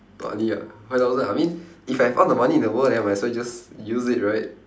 money lah five thousand I mean if I have all the money in the world then might as well just use it right